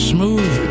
Smooth